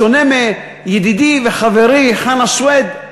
בשונה מידידי וחברי חנא סוייד,